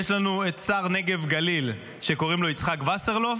יש לנו את שר נגב-גליל, שקוראים לו יצחק וסרלאוף,